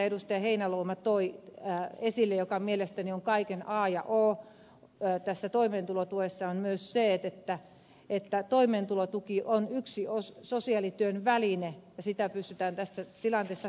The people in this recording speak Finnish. heinäluoma toi esille joka mielestäni on kaiken a ja o tässä toimeentulotuessa on myös se että toimeentulotuki on yksi sosiaalityön väline ja sitä pystytään tässä tilanteessa hyödyntämään